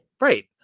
Right